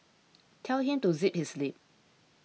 tell him to zip his lip